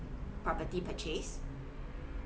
property purchase